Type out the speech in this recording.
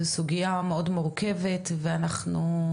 זו סוגייה מאוד מורכבת ואנחנו,